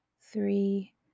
three